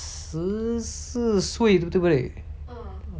十四岁我十三岁就开始在那边 like